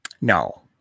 No